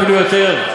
ואפילו יותר,